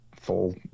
full